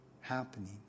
happening